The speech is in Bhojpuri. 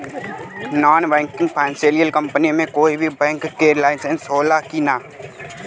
नॉन बैंकिंग फाइनेंशियल कम्पनी मे कोई भी बैंक के लाइसेन्स हो ला कि ना?